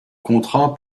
contrat